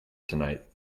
tonight